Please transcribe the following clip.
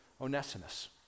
Onesimus